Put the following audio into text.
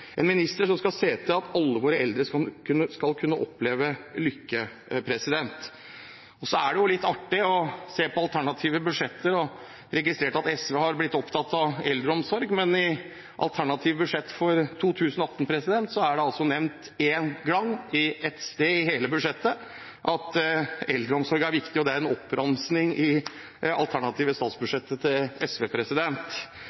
en minister som skal se til at alle våre eldre skal kunne oppleve lykke. Så er det litt artig å se på alternative budsjetter og registrere at SV har blitt opptatt av eldreomsorg. I alternativt budsjett for 2018 er det altså nevnt én gang, ett sted i hele budsjettet at eldreomsorg er viktig. Det er en oppramsing i det alternative